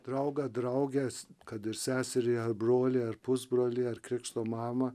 draugą drauges kad ir seserį ar brolį ar pusbrolį ar krikšto mamą